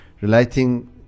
relating